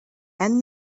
and